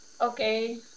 Okay